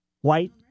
White